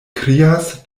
krias